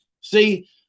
see